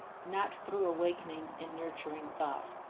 not through awakening and nurturing thought.